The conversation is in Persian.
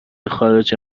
خارجه